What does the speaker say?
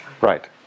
Right